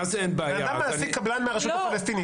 בן אדם מעסיק קבלן מהרשות הפלסטינית,